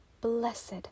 Blessed